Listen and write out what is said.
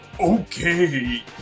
Okay